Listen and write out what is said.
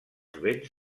vent